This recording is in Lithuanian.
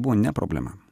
buvo ne problema